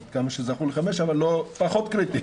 עד כמה שזכור לי חמש, אבל זה פחות קריטי.